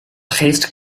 geest